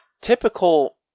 typical